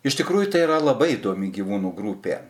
iš tikrųjų tai yra labai įdomi gyvūnų grupė